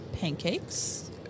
pancakes